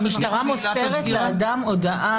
המשטרה מוסרת לאדם הודעה כזאת.